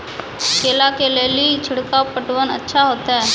केला के ले ली छिड़काव पटवन अच्छा होते?